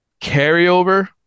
carryover